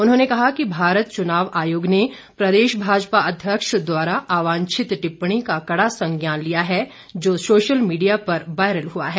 उन्होंने कहा कि भारत चुनाव आयोग ने प्रदेश भाजपा अध्यक्ष द्वारा अवांछित टिप्पणी का कड़ा संज्ञान लिया है जो सोशल मीडिया पर वायरल हुआ है